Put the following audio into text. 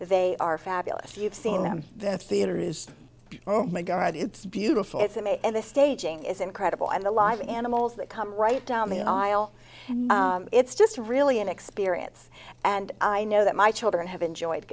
they are fabulous you've seen them that theater is oh my god it's beautiful it's amazing the staging is incredible and the live animals that come right down the aisle and it's just really an experience and i know that my children have enjoyed